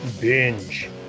Binge